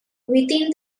within